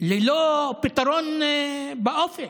ללא פתרון באופק,